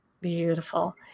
Beautiful